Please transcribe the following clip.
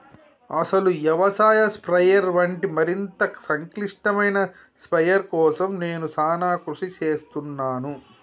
అసలు యవసాయ స్ప్రయెర్ వంటి మరింత సంక్లిష్టమైన స్ప్రయెర్ కోసం నేను సానా కృషి సేస్తున్నాను